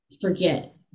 forget